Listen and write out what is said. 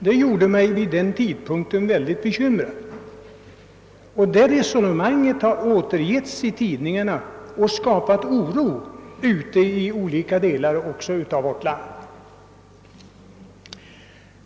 Detta gjorde mig vid den tidpunkten mycket bekymrad, och resonemanget har återgetts i tidningarna och skapat oro i olika delar av vårt land.